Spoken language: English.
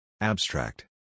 Abstract